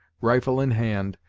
rifle in hand,